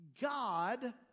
God